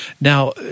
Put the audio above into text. Now